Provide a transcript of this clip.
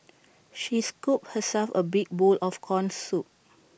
she scooped herself A big bowl of Corn Soup